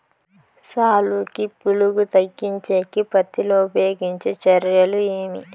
సాలుకి పులుగు తగ్గించేకి పత్తి లో ఉపయోగించే చర్యలు ఏమి?